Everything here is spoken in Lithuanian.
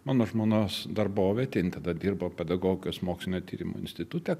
mano žmonos darbovietėj jin tada dirbo pedagogikos mokslinio tyrimo institute